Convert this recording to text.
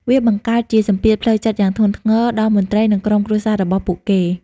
វាបង្កើតជាសម្ពាធផ្លូវចិត្តយ៉ាងធ្ងន់ធ្ងរដល់មន្ត្រី និងក្រុមគ្រួសាររបស់ពួកគេ។